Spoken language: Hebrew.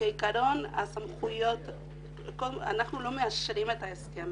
אנחנו לא מאשרים את ההסכם.